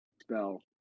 spell